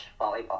volleyball